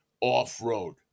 off-road